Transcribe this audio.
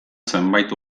zenbait